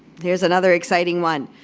there's another exciting one.